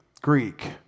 Greek